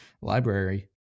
library